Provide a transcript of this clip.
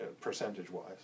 percentage-wise